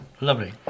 Lovely